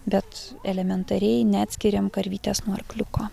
bet elementariai neatskiriam karvytės nuo arkliuko